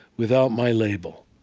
without my label.